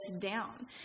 down